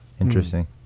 Interesting